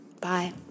Bye